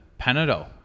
Panadol